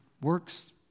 works